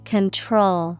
Control